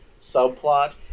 subplot